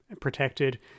protected